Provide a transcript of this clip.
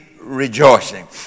rejoicing